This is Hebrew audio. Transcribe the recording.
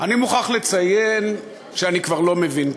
אני מוכרח לציין שאני כבר לא מבין,